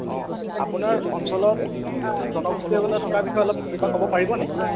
অঁ আপোনাৰ অঞ্চলত জনগোষ্ঠীসকলৰ থকা অলপ কিবা ক'ব পাৰিব নেকি